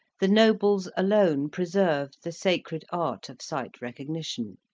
the nobles alone preserved the sacred art of sight recognition,